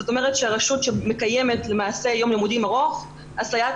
זאת אומרת שרשות שמקיימת למעשה יום לימודים ארוך הסייעת